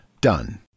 Done